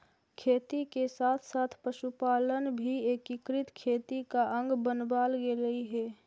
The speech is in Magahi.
खेती के साथ साथ पशुपालन भी एकीकृत खेती का अंग बनवाल गेलइ हे